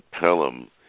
Pelham